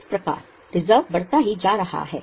इस प्रकार रिजर्व बढ़ता ही जा रहा है